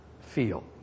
feel